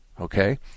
okay